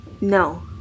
No